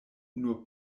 nur